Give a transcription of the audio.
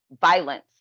violence